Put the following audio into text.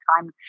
time